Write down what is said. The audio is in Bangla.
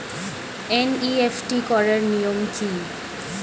এন.ই.এফ.টি করার নিয়ম কী?